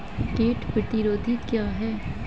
कीट प्रतिरोधी क्या है?